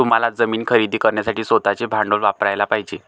तुम्हाला जमीन खरेदी करण्यासाठी स्वतःचे भांडवल वापरयाला पाहिजे